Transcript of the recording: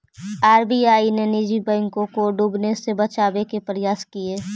RBI ने निजी बैंकों को डूबने से बचावे के प्रयास किए